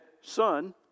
son